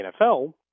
NFL